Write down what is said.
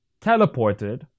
teleported